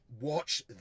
watch